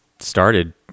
started